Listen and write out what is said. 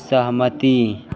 सहमति